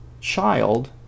child